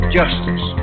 justice